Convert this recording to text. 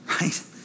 right